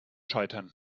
scheitern